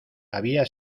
había